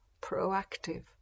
Proactive